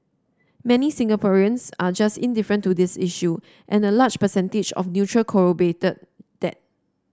many Singaporeans are just indifferent to this issue and the large percentage of neutral corroborated that